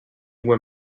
were